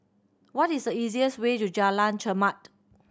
what is the easiest way to Jalan Chermat